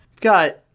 Got